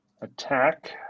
attack